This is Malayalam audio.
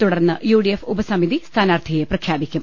തുടർന്ന് യുഡിഎഫ് ഉപസമിതി സ്ഥാനാർത്ഥിയെ പ്രഖ്യാപിക്കും